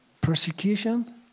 persecution